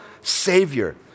Savior